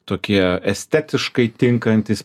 tokie estetiškai tinkantys